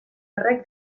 horrek